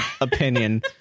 Opinion